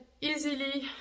easily